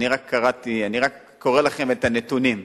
אני רק קורא לכם את הנתונים.